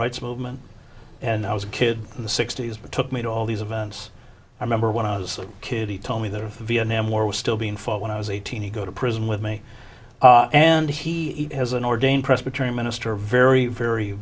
rights movement and i was a kid in the sixty's but took me to all these events i remember when i was a kid he told me that viet nam war was still being fought when i was eighteen he go to prison with me and he has an ordained presbyterian minister very very